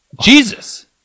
Jesus